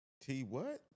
T-what